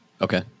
Okay